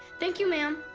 thank you, ma'am!